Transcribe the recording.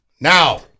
Now